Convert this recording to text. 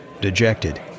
dejected